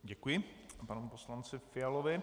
Děkuji panu poslanci Fialovi.